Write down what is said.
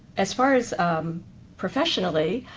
as far as professionally,